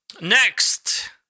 next